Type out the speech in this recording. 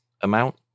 amount